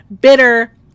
bitter